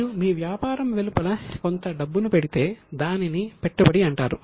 మీరు మీ వ్యాపారం వెలుపల కొంత డబ్బును పెడితే దానిని పెట్టుబడి అంటారు